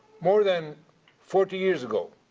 more than forty years ago,